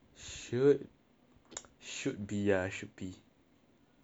should be ah should be